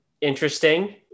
interesting